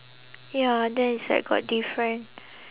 ya then it's like got different